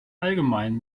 allgemein